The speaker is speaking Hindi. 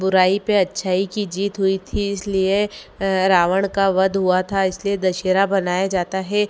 बुराई पे अच्छाई की जीत हुई थी इसलिए रावण का वध हुआ था इसलिए दशहरा मनाया जाता है